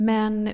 Men